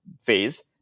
phase